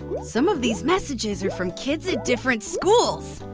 some of these messages are from kids at different schools!